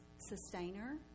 sustainer